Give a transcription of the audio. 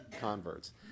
converts